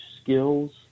skills